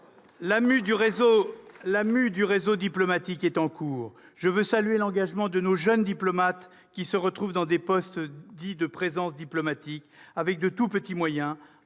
La mue du réseau diplomatique est en cours. Je veux saluer l'engagement de nos jeunes diplomates, qui se retrouvent dans les postes dits « de présence diplomatique », avec de très petits moyens,